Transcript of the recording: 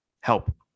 Help